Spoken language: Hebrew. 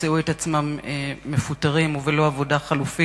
ימצאו את עצמם מפוטרים ובלא עבודה חלופית.